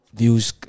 views